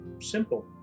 Simple